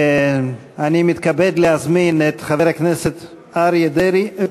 אני מתכבד להזמין את חבר הכנסת אריה דרעי,